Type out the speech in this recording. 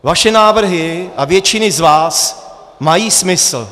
Vaše návrhy, a většiny z vás, mají smysl.